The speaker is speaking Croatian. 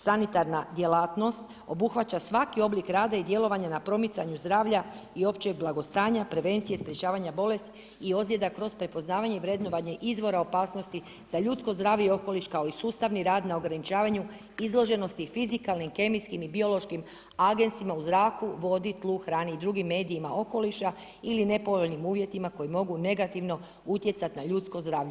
Sanitarna djelatnost obuhvaća svaki oblik rada i djelovanja na promicanju zdravlja i općeg blagostanja, prevencije, sprečavanja bolesti i ozljeda kroz prepoznavanje i vrednovanje izvora opasnosti za ljudsko zdravlje i okoliš kao i sustavni rad na ograničavanju izloženosti fizikalnim, kemijskim i biološkim agensima u zraku, vodi, tlu, hrani i drugim medijima okoliša ili nepovoljnim uvjetima koji mogu negativno utjecati na ljudsko zdravlje.